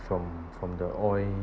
from from the oil